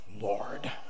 Lord